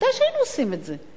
ודאי שהיינו עושים את זה.